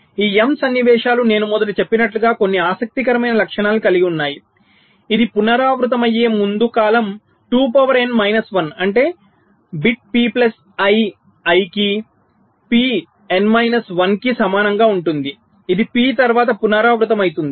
ఈ m సన్నివేశాలు నేను మొదట చెప్పినట్లుగా కొన్ని ఆసక్తికరమైన లక్షణాలను కలిగి ఉన్నాయి ఇది పునరావృతమయ్యే ముందు కాలం 2 power n మైనస్ 1 అంటే బిట్ పి ప్లస్ ఐI కి p n మైనస్ 1 కి సమానంగా ఉంటుంది ఇది పి తరువాత పునరావృతమవుతుంది